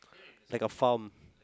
like a farm